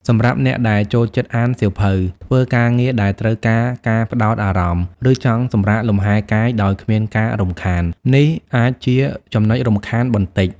សម្រាប់អ្នកដែលចូលចិត្តអានសៀវភៅ ធ្វើការងារដែលត្រូវការការផ្តោតអារម្មណ៍ ឬចង់សម្រាកលំហែកាយដោយគ្មានការរំខាន នេះអាចជា ចំណុចរំខានបន្តិច។